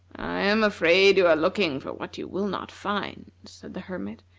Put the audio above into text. i am afraid you are looking for what you will not find, said the hermit.